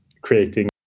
creating